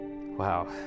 Wow